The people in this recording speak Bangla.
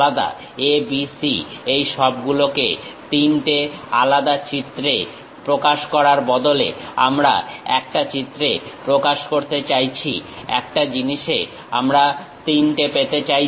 A B C এই সবগুলোকে তিনটে আলাদা চিত্রের প্রকাশ করার বদলে আমি একটা চিত্রে প্রকাশ করতে চাইছি একটা জিনিসে আমরা তিনটে পেতে চাইছি